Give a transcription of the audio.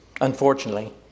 Unfortunately